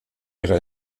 ihre